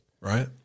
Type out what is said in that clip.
right